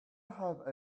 have